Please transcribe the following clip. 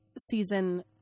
season